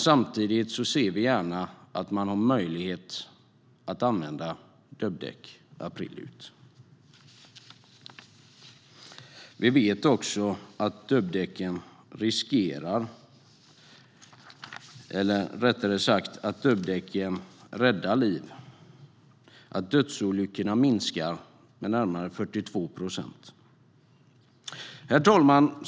Samtidigt ser vi gärna att man har möjlighet att använda dubbdäck april månad ut. Vi vet också att dubbdäcken räddar liv. Dödsolyckorna minskar med närmare 42 procent. Herr talman!